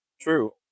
True